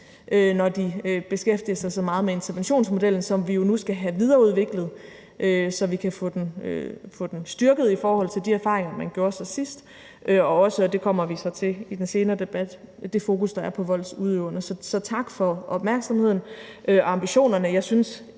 når de beskæftiger sig så meget med interventionsmodellen, som vi nu skal have videreudviklet, så vi kan få den styrket i forhold til de erfaringer, man gjorde sig sidst, og også – og det kommer vi så til i den senere debat – få styrket det fokus, der er på voldsudøverne. Så tak for opmærksomheden. Jeg synes